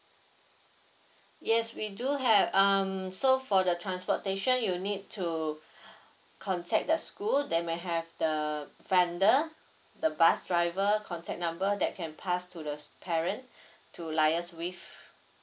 yes we do have um so for the transportation you need to contact the school they may have the vendor the bus driver contact number that can pass to the parent to liaise with